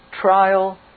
trial